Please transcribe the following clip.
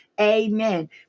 Amen